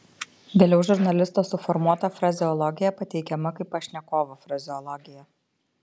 vėliau žurnalisto suformuota frazeologija pateikiama kaip pašnekovo frazeologija